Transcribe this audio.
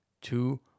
two